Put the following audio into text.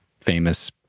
famous